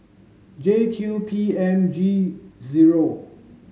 J Q P M G zero